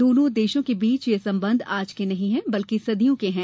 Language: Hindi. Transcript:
दोनों देशों के बीच यह संबंध आज के नहीं हैं बल्कि सदियों के हैं